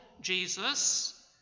Jesus